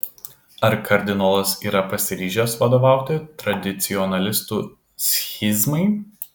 ar kardinolas yra pasiryžęs vadovauti tradicionalistų schizmai